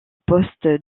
poste